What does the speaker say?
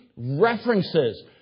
References